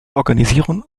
organisieren